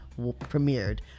premiered